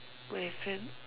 my friend